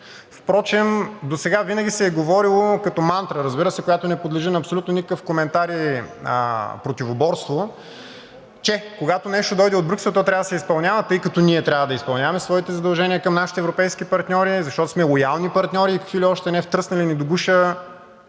Впрочем досега винаги се е говорило като мантра, разбира се, която не подлежи на абсолютно никакъв коментар и противоборство, че когато нещо дойде от Брюксел, то трябва да се изпълнява, тъй като трябва да изпълняваме своите задължения към нашите европейски партньори, защото сме лоялни партньори и какви ли още не втръснали ни до гуша